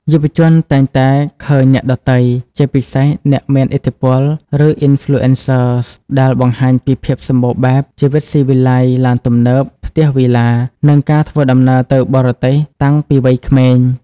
យុវជនតែងតែឃើញអ្នកដទៃ ជាពិសេសអ្នកមានឥទ្ធិពល ឬ Influencers ដែលបង្ហាញពីភាពសម្បូរបែប ជីវិតស៊ីវិល័យ ឡានទំនើប ផ្ទះវីឡា និងការធ្វើដំណើរទៅបរទេសតាំងពីវ័យក្មេង។